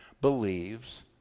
believes